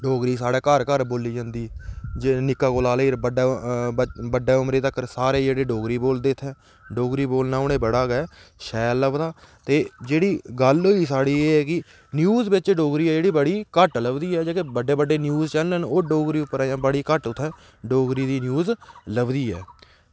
डोगरी साढ़े घर घर बोल्ली जंदी जेह्ड़ा निक्का उमरी कोला लेइयै बड्डी उमरी तगर सारे डोगरी बोलदे इत्थें डोगरी बोलना उनेंगी बड़ा गै शैल लगदा ते जेह्ड़ी गल्ल होई एह् साढ़ी की न्यूज़ बिच डोगरी ऐ जेह्ड़ी एह् बड़ी घट्ट लभदी ऐ जेह्ड़े बड्डे बड्डे चैनल न डोगरी दी घट्ट जेह्ड़ी न्यूज़ लभदी ऐ